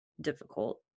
difficult